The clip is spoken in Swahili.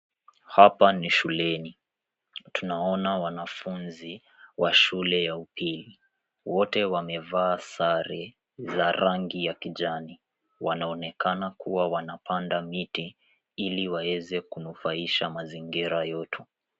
Hapa ni shuleni, tunaona wanafunzi wa shule ya upili. Wote wamevaa sare za rangi ya kijani, wanaonekana kuwa wamepanda miti ili waweze kunufaisha mazingira yetu.